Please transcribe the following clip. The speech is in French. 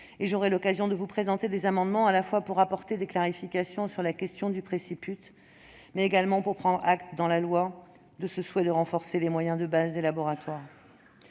%. J'aurai l'occasion de vous présenter des amendements non seulement pour apporter des clarifications sur la question du préciput, mais également pour prendre acte, dans la loi, de mon souhait de renforcer les moyens de base des laboratoires.